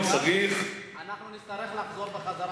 אנחנו נצטרך לחזור בחזרה,